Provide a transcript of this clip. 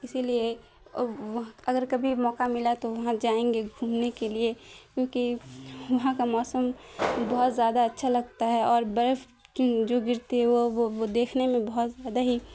اسی لیے اگر کبھی موقع ملا تو وہاں جائیں گے گھومنے کے لیے کیونکہ وہاں کا موسم بہت زیادہ اچھا لگتا ہے اور برف جو گرتی ہے وہ وہ وہ دیکھنے میں بہت زیادہ ہی